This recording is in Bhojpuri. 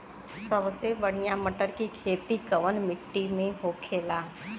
सबसे बढ़ियां मटर की खेती कवन मिट्टी में होखेला?